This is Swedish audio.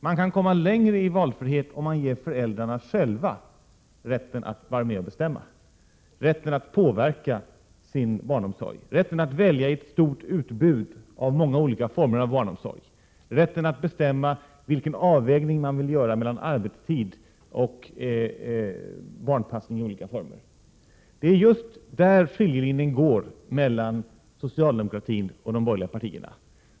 Man kan komma längre i valfrihet om man ger föräldrarna själva rätten att vara med om att bestämma, en rätt att påverka sin barnomsorg, en rätt att välja i ett stort utbud av många olika former av barnomsorg, att bestämma vilken avvägning man vill göra mellan arbetstid och barnpassning i olika former. Det är just där skiljelinjen går mellan socialdemokratin och de borgerliga partierna.